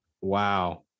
wow